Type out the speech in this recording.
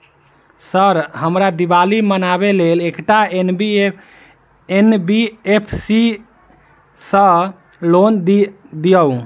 Sir हमरा दिवाली मनावे लेल एकटा एन.बी.एफ.सी सऽ लोन दिअउ?